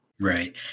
Right